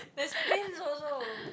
there's planes also